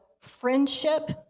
friendship